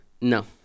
No